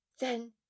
Then—